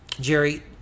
Jerry